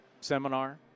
seminar